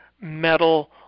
metal